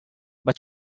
but